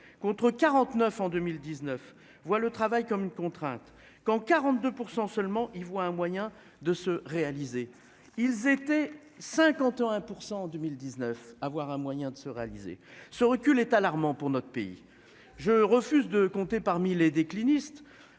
contre 49 en 2019 voient le travail comme contrainte quand 42% seulement y voit un moyen de se réaliser. Ils étaient 51% en 2019 avoir un moyen de se réaliser, ce recul est alarmant pour notre pays. Je refuse de compter parmi les déclinistes.